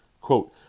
Quote